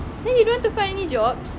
then you don't want to find any jobs